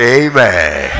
amen